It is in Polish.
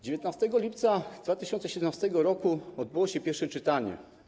19 lipca 2017 r. odbyło się pierwsze czytanie.